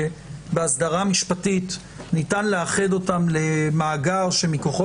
שבהסדרה משפטית ניתן לאחד אותם למאגר שמכוחו